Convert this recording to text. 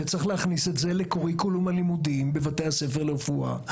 שצריך להכניס את זה לקוריקולום הלימודים בבתי הספר לרפואה,